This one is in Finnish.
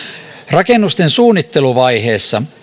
rakennusten suunnitteluvaiheessa